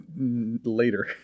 later